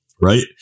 right